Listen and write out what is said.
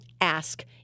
ask